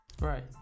right